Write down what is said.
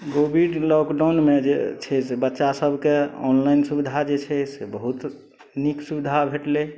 Covid लॉकडाउनमे जे छै से बच्चा सभके ऑनलाइन सुविधा जे छै से बहुत नीक सुविधा भेटलै